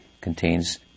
contains